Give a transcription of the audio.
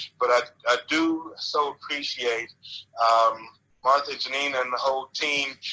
but i ah do so appreciate um martha, jeanine, and the whole team,